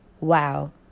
Wow